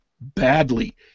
badly